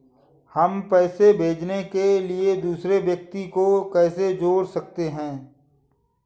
हम पैसे भेजने के लिए दूसरे व्यक्ति को कैसे जोड़ सकते हैं?